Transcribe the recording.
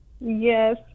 Yes